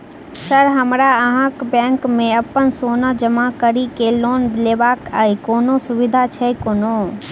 Sir हमरा अहाँक bank मे अप्पन सोना जमा करि केँ लोन लेबाक अई कोनो सुविधा छैय कोनो?